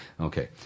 Okay